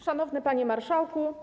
Szanowny Panie Marszałku!